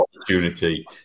opportunity